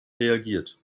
reagiert